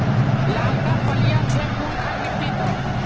लालका फलिया छै कुनखान मिट्टी त?